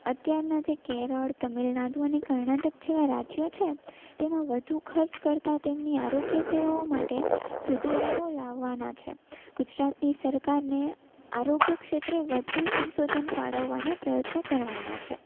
અત્યારના જે કેરળ તમિલનાડુ અને કર્ણાટક જેવાં રાજ્યો છે તેમાં વધુ ખર્ચ કરતા તેમની આરોગ્ય સેવાઓ માટે સુધારાઓ લાવવાના છે ગુજરાતની સરકારને આરોગ્ય ક્ષેત્રે વધુ સંશોધન ફાળવાના પ્રયત્ન કરવાના છે